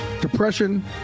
Depression